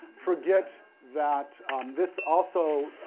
forget that this also,